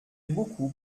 beaucoup